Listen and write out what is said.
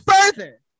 further